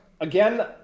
again